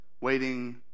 waiting